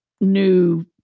new